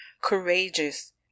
courageous